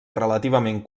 relativament